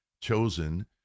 chosen